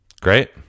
Great